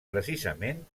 precisament